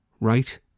right